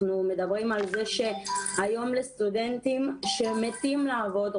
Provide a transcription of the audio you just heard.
אנחנו מדברים על זה שהיום לסטודנטים שמתים לעבוד,